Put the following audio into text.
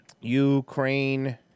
Ukraine